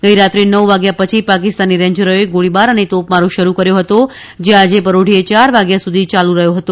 ગઈરાત્રે નવ વાગ્યા પછી પાકિસ્તાની રેન્જરોએ ગોળીબાર અને તોપામારો શરૂ કર્યો હતો જે આજે પરોઢિયે યાર વાગ્યા સુધી યાલુ રહ્યો હતો